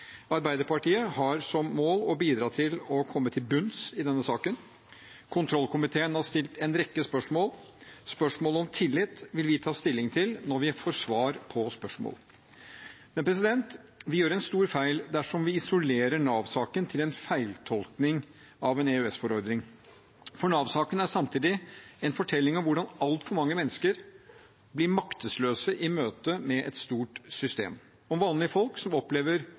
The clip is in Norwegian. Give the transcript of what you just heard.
Arbeiderpartiet har som mål å bidra til å komme til bunns i denne saken. Kontroll- og konstitusjonskomiteen har stilt en rekke spørsmål. Spørsmålet om tillit vil vi ta stilling til når vi får svar på våre spørsmål. Men vi gjør en stor feil dersom vi isolerer Nav-saken til en feiltolkning av en EØS-forordning, for Nav-saken er samtidig en fortelling om hvordan altfor mange mennesker blir maktesløse i møte med et stort system – om vanlige folk som opplever